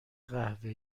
قهوه